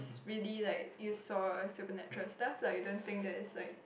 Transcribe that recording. it's really like you saw a supernatural stuff like you don't think that is like